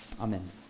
amen